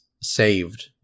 saved